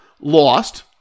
lost